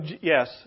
yes